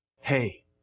Hey